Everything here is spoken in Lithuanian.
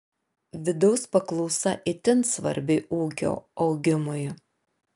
vidaus paklausa itin svarbi ūkio augimui